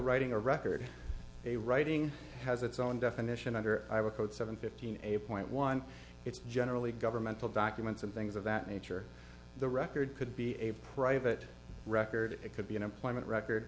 writing a record a writing has its own definition under a code seven fifteen eight point one it's generally governmental documents and things of that nature the record could be a private record it could be an employment record